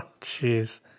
jeez